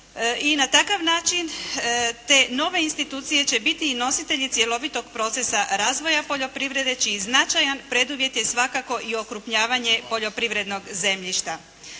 I na takav način te nove institucije će biti i nositelji cjelovitog procesa razvoja poljoprivrede čiji značajan preduvjet je svakako i okrupnjavanje poljoprivrednog zemljišta.